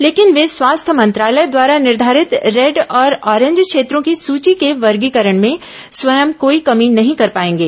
लेकिन वे स्वास्थ्य मंत्रालय द्वारा निर्धारित रेड और ऑरेंज क्षेत्रों की सूची के वर्गीकरण में स्वयं कोई कमी नहीं कर पाएंगे